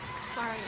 sorry